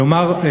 כלומר,